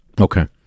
Okay